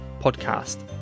podcast